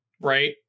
right